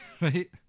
right